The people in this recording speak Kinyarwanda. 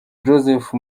joseph